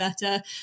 better